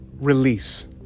release